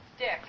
Dick